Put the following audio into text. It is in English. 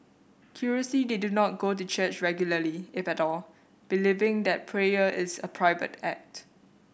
curiously they do not go to church regularly if at all believing that prayer is a private act